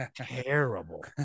terrible